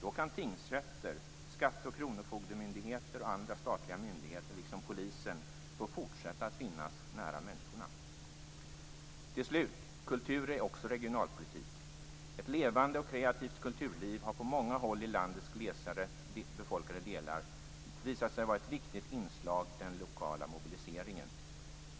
Då kan tingsrätter, skatte och kronofogdemyndigheter och andra statliga myndigheter, liksom polisen, få fortsätta att finnas nära människorna. Slutligen - kultur är också regionalpolitik. Ett levande och kreativt kulturliv har på många håll i landets glesare befolkade delar visat sig vara ett viktigt inslag i den lokala mobiliseringen.